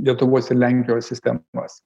lietuvos ir lenkijos sistemas